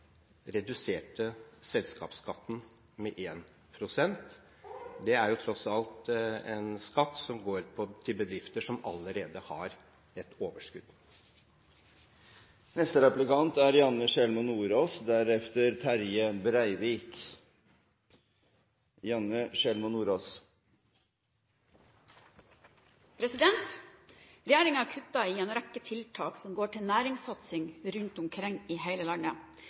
reduserte selskapsskatten med 1 pst. Det er tross alt en skatt som går til bedrifter som allerede har et overskudd. Regjeringen kutter i en rekke tiltak som går til næringssatsing rundt omkring i hele landet.